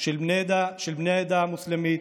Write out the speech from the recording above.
של בני העדה המוסלמית.